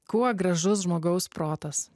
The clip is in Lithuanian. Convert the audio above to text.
kuo gražus žmogaus protas